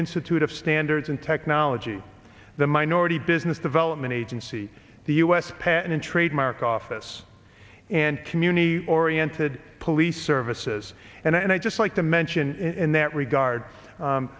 institute of standards and technology the minority business development agency the u s patent and trademark office and community oriented police services and i'd just like to mention in that regard